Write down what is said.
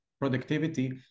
productivity